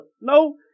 No